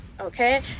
Okay